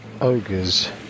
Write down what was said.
Ogres